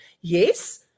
yes